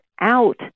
out